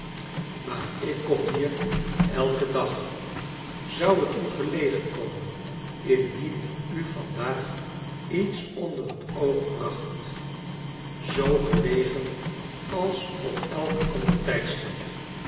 maar ik kom hier elken dag zou t u gelegen komen indien ik u vandaag iets onder het oog bracht zoo gelegen als op elk ander tijdstip